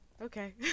Okay